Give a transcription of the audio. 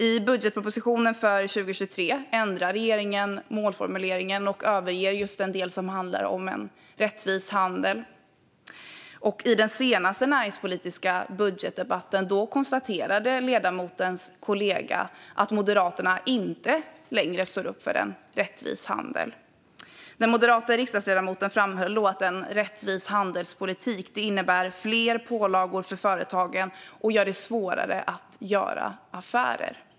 I budgetpropositionen för 2023 ändrar regeringen målformuleringen och överger just den del som handlar om en rättvis handel. I den senaste näringspolitiska budgetdebatten konstaterade också ledamotens kollega att Moderaterna inte längre står upp för en rättvis handel. Den moderata riksdagsledamoten framhöll då att en rättvis handelspolitik innebär fler pålagor för företagen och gör det svårare att göra affärer.